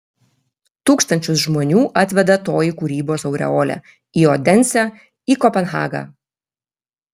tūkstančius žmonių atveda toji kūrybos aureolė į odensę į kopenhagą